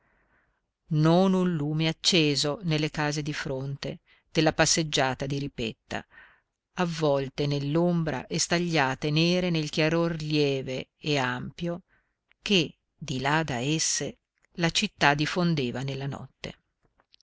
un lume acceso nelle case di fronte della passeggiata di ripetta avvolte nell'ombra e stagliate nere nel chiaror lieve e ampio che di là da esse la città diffondeva nella notte